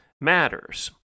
matters